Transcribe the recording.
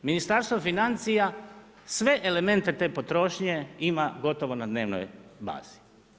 Ministarstvo financija sve elemente te potrošnje ima gotovo na dnevnoj bazi.